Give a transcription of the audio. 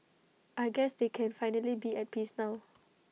I guess they can finally be at peace now